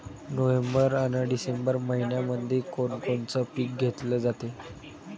November अन December मइन्यामंधी कोण कोनचं पीक घेतलं जाते?